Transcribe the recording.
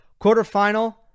Quarterfinal